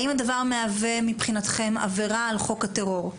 האם הדבר מהווה מבחינתכם עבירה על חוק הטרור?